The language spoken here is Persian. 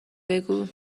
بگو